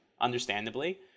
understandably